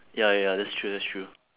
ya ya that's true that's true